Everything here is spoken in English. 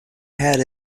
had